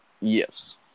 Yes